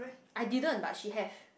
I didn't but she have